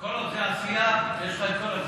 כל עוד זה עשייה, יש לך את כל הזמן.